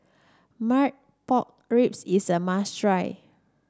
Marmite Pork Ribs is a must try